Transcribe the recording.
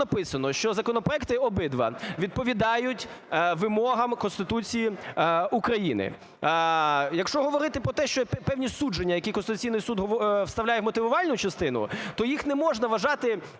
написано, що законопроекти обидва відповідають вимогам Конституції України. Якщо говорити про те, що певні судження, які Конституційний Суд вставляє в мотивувальну частину, то їх не можна вважати